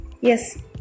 Yes